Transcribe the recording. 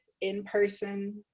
in-person